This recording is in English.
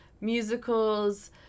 musicals